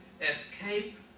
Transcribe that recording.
escape